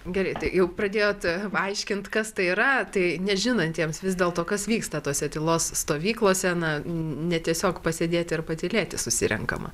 gerai tai jau pradėjot aiškint kas tai yra tai nežinantiems vis dėlto kas vyksta tose tylos stovyklose na ne tiesiog pasėdėti ar patylėti susirenkama